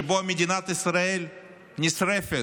שבו מדינת ישראל נשרפת